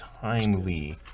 timely